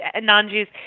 non-Jews